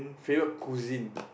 favourite cuisine